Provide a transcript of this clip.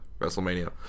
WrestleMania